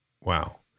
wow